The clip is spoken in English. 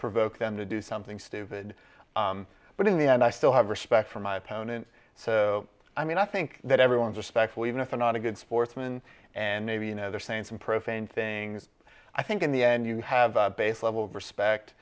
provoke them to do something stupid but in the end i still have respect for my opponent so i mean i think that everyone's respectful even if i'm not a good sportsman and they've you know they're saying some profane things i think in the end you have a basic level of respect